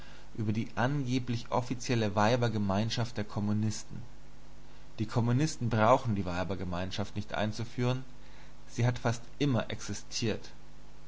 über die angebliche offizielle weibergemeinschaft der kommunisten die kommunisten brauchen die weibergemeinschaft nicht einzuführen sie hat fast immer existiert